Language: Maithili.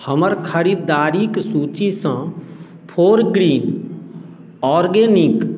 हमर खरीदारिके सूचीसँ फोरग्रीन ऑर्गेनिक